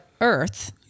earth